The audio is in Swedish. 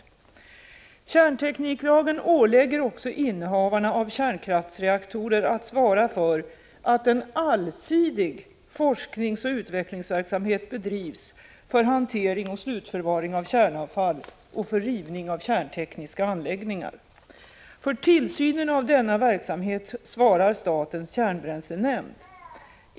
Kärntekniklagen ålägger också innehavarna av kärnkraftsreaktorer att svara för att en allsidig forskningsoch utvecklingsverksamhet bedrivs för hantering och slutförvaring av kärnavfall och för rivning av kärntekniska anläggningar. För tillsynen av denna verksamhet svarar statens kärnbränslenämnd.